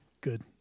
good